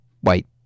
white